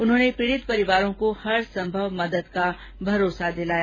उन्होंने पीड़ित परिवारों को हरसंभव मदद का भरोसा दिलाया